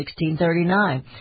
1639